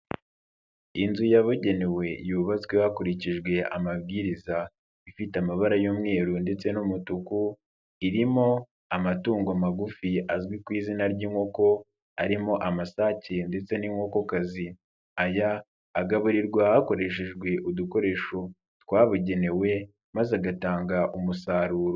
Inzu yabugenewe yubatswe hakurikijwe amabwiriza, ifite amabara y'umweru ndetse n'umutuku, irimo amatungo magufi azwi ku izina ry'inkoko arimo amasake ndetse n'inkokokazi, aya agaburirwa hakoreshejwe udukoresho twabugenewe maze agatanga umusaruro.